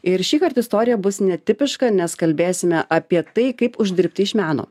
ir šįkart istorija bus netipiška nes kalbėsime apie tai kaip uždirbti iš meno